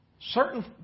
Certain